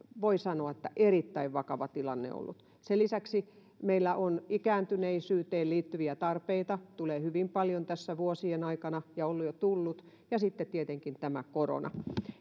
voi sanoa erittäin vakava tilanne ollut sen lisäksi meillä on ikääntyneisyyteen liittyviä tarpeita niitä tulee hyvin paljon tässä vuosien aikana ja on jo tullut ja sitten on tietenkin tämä korona